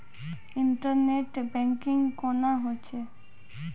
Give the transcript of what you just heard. Internet banking कोना होय छै?